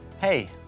Hey